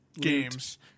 games